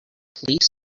please